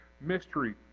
mystery